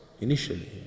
initially